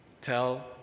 tell